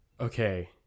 okay